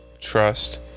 trust